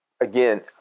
again